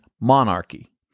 monarchy